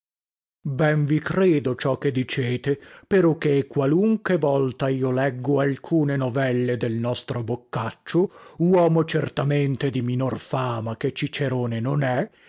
ben vi credo ciò che dicete peroché qualunche volta io leggo alcune novelle del nostro boccaccio uomo certamente di minor fama che cicerone non è